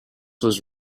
was